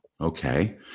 Okay